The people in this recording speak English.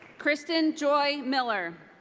kristin joy miller.